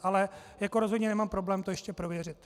Ale rozhodně nemám problém to ještě prověřit.